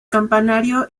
campanario